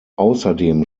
außerdem